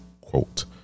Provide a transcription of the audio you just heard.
quote